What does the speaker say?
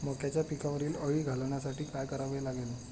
मक्याच्या पिकावरील अळी घालवण्यासाठी काय करावे लागेल?